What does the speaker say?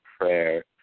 prayer